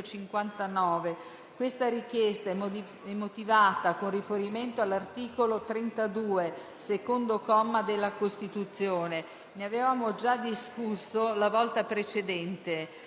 6.159. Tale richiesta è motivata con riferimento all'articolo 32, secondo comma, della Costituzione. Ne avevamo già discusso la volta precedente: